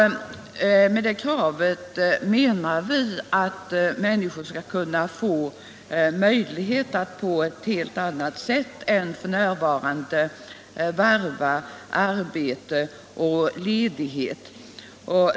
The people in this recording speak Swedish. Om det tillgodoses menar vi att människor på ett helt annat sätt än f.n. skulle kunna varva arbete och ledighet.